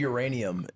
Uranium